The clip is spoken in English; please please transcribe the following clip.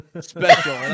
special